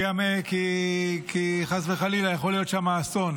כי חס וחלילה יכול להיות שם אסון,